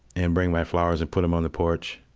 and bring my flowers, and put them on the porch.